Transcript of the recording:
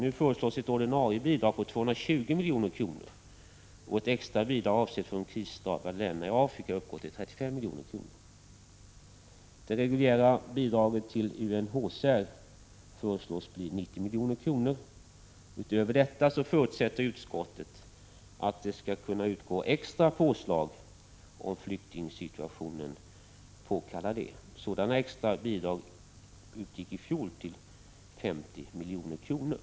Nu föreslås ett ordinarie bidrag på 220 milj.kr. Ett extra bidrag avsett för de krisdrabbade länderna i Afrika uppgår till 35 milj.kr. Det reguljära bidraget till UNHCR föreslås bli 90 milj.kr. Utöver detta förutsätter utskottet att extra påslag skall kunna utgå om flyktingsituationen påkallar det. Sådana extra bidrag uppgick i fjol till 50 milj.kr.